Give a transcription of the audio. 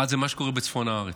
האחד זה מה שקורה בצפון הארץ: